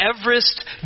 Everest